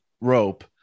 rope